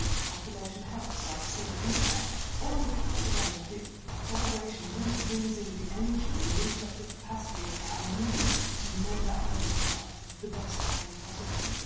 to population health. so i see the impact all across the range. i think collaboration really brings in the energy and the intellectual capacity i need to make that person's life the best i can possibly.